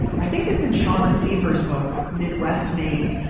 i think it's in shauna sever's book, midwest made.